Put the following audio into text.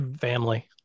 Family